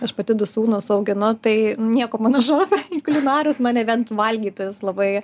aš pati du sūnus auginu tai nieko panašaus į kulinarus na nebent valgytojus labai